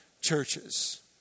churches